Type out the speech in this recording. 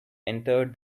entered